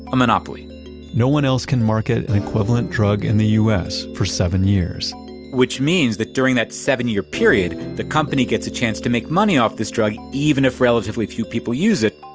a monopoly no one else can market an equivalent drug in the u s. for seven years which means during that seven year period, the company gets a chance to make money off this drug, even if relatively few people use it,